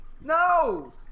No